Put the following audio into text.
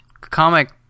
comic